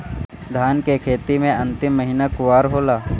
धान के खेती मे अन्तिम महीना कुवार होला?